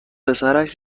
پسرش